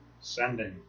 sending